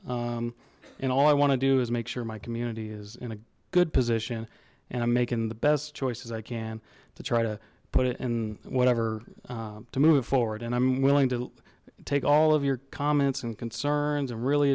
and all i want to do is make sure my community is in a good position and i'm making the best choices i can to try to put it in whatever to move it forward and i'm willing to take all of your comments and concerns and really